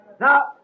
Now